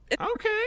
Okay